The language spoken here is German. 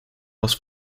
was